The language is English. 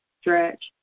Stretch